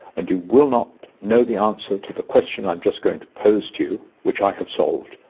and you will not know the answer to the question i am just going to pose to you, which i have solved.